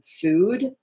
food